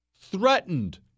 threatened